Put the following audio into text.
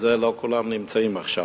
לכן לא כולם נמצאים עכשיו.